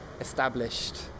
established